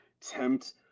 tempt